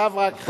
עכשיו רק,